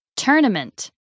Tournament